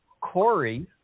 Corey